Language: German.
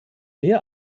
mehr